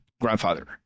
grandfather